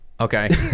Okay